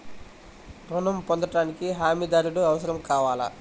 ఋణం పొందటానికి హమీదారుడు అవసరం కావాలా?